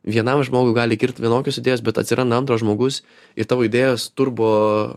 vienam žmogui gali kilti vienokios idėjos bet atsiranda antras žmogus ir tavo idėjos turbo